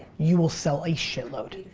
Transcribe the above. you will sell a shit load.